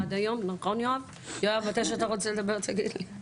יואב, כשאתה רוצה לדבר תגיד לי.